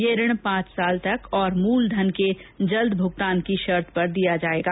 यह ऋण पांच वर्ष तक और मूलधन के जल्द भुगतान की शर्त पर दिया जाएगा